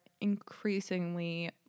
increasingly